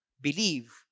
believe